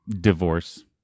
Divorce